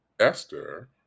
Esther